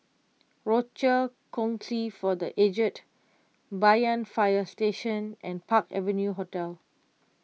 Rochor Kongsi for the Aged Banyan Fire Station and Park Avenue Hotel